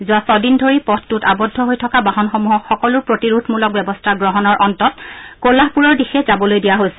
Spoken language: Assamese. যোৱা ছদিন ধৰি পথটোত আবদ্ধ হৈ থকা বাহনসমূহক সকলো প্ৰতিৰোধমূলক ব্যৱস্থা গ্ৰহণৰ অন্তত কোলহাপুৰৰ দিশে যাবলৈ দিয়া হৈছে